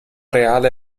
reale